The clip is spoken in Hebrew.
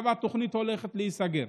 עכשיו התוכנית הולכת להיסגר.